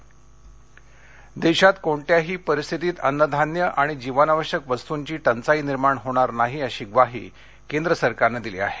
मंत्रिमंडळ देशात कोणत्याही परिस्थितीत अन्नधान्य आणि जीवनावश्यक वस्तूंची टंचाई निर्माण होणार नाही अशी ग्वाही केंद्र सरकारनं दिली आहे